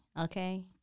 Okay